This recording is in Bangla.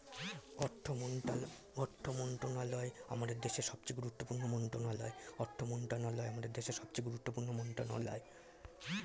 অর্থ মন্ত্রণালয় আমাদের দেশের সবচেয়ে গুরুত্বপূর্ণ মন্ত্রণালয়